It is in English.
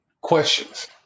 questions